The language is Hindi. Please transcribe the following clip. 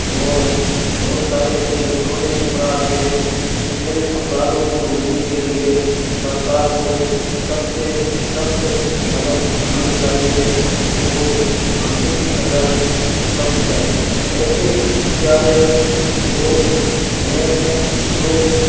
और बहुत सारे ऐसे घिनौने अपराध हैं इन अपराधों को रोकने के लिए सरकार को सख्त सख्त कदम उठाने चाहिए इनको फांसी की सजा भी कम है ऐसे हत्यारे लोग हैं जो